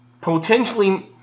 potentially